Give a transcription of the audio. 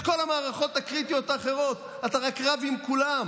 אתה רק רב עם כולם.